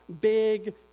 big